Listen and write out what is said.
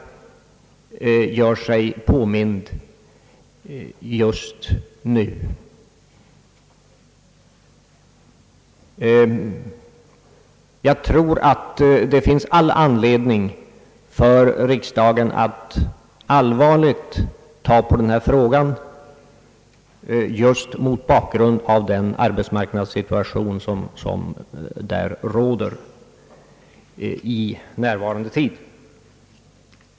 Jag tror att det finns all anledning för riksdagen att ta allvarligt på denna fråga just med hänsyn till den arbetsmarknadssituation som nu är ett faktum.